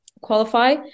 qualify